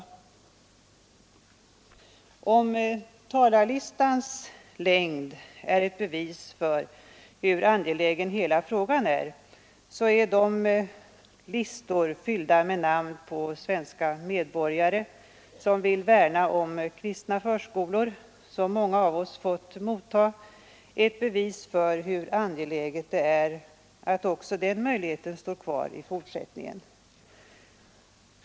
Om talarlistans längd är ett bevis för hur angelägen hela frågan är, så är de listor fyllda med namn på svenska medborgare som vill värna om kristna förskolor, som många av oss fått motta, ett bevis för hur angeläget det är att också den möjligheten står kvar i fortsättningen.